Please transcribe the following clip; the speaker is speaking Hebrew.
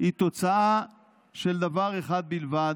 היא תוצאה של דבר אחד בלבד: